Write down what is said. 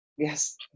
Yes